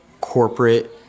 corporate